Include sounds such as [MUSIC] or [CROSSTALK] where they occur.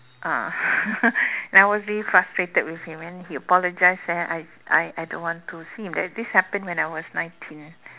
ah [LAUGHS] and I was really frustrated with him and then he apologize and I I I don't want to see him that this happened when I was nineteen